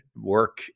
work